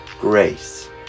grace